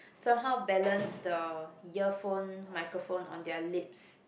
somehow balance the earphone microphone on their lips